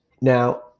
Now